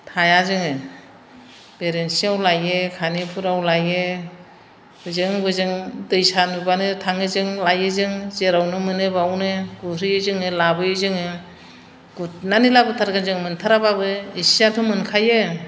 थाया जोङो बेरेन्सियाव लायो खानिफुराव लायो बोजों बोजों दैसा नुब्लानो थाङो जों लायो जों जेरावनो मोनो बेयावनो गुरहैयो जोङो लाबोयो जोङो गुरनानै लाबोथारगोन जों मोनथाराब्लाबो एसेयाथ' मोनखायो